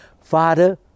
Father